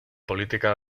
política